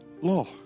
law